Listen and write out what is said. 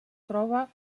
troba